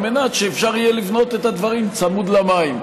על מנת שאפשר יהיה לבנות את הדברים צמוד למים.